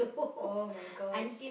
!oh-my-gosh!